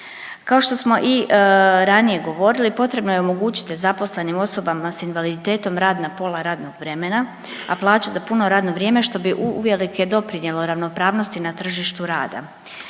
Kao što smo i ranije govorili potrebno je omogućiti zaposlenim osobama s invaliditetom rad na pola radnog vremena, a plaću za puno radno vrijeme što bi uvelike doprinijelo ravnopravnosti na tržištu rada.